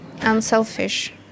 unselfish